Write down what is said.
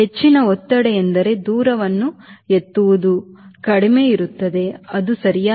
ಹೆಚ್ಚಿನ ಒತ್ತಡ ಎಂದರೆ ದೂರವನ್ನು ಎತ್ತುವುದು ಕಡಿಮೆ ಇರುತ್ತದೆ ಅದು ಸರಿಯಾಗಿದೆ